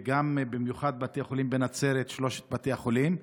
ובמיוחד של שלושת בתי החולים בנצרת,